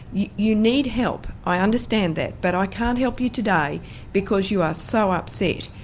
you you need help, i understand that, but i can't help you today because you are so upset.